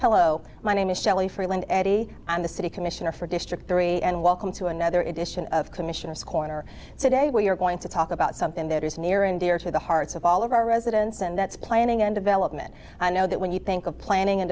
hello my name is shelly freeland addie and the city commissioner for district three and welcome to another edition of commissioners corner today where you're going to talk about something that is near and dear to the hearts of all of our residents and that's planning and development i know that when you think of planning and